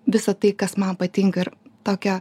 visą tai kas man patinka ir tokia